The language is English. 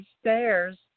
stairs